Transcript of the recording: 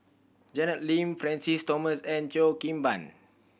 Janet Lim Francis Thomas and Cheo Kim Ban